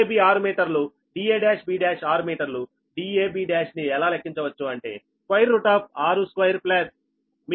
dab 6 మీటర్లుda1b1 6 మీటర్లుdab1 ని ఎలా లెక్కించవచ్చు అంటే 62your 0